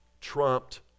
trumped